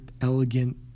elegant